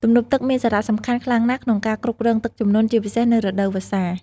ទំនប់ទឹកមានសារៈសំខាន់ខ្លាំងណាស់ក្នុងការគ្រប់គ្រងទឹកជំនន់ ជាពិសេសនៅរដូវវស្សា។